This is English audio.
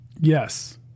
Yes